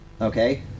Okay